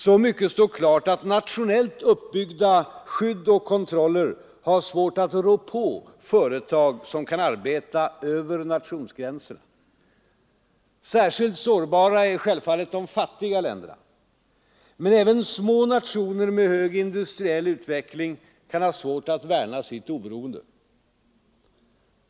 Så mycket står klart att nationellt uppbyggda skydd och kontroller har svårt att rå på företag som kan arbeta över nationsgränserna. Särskilt sårbara är självfallet de fattiga länderna. Men även små nationer med hög industriell utveckling kan ha svårt att värna sitt oberoende.